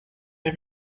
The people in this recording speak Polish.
nie